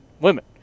women